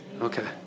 Okay